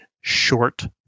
short